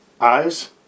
eyes